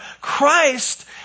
Christ